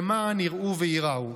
למען יראו וייראו.